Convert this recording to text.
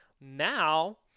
Now